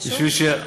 בשביל, חשוב.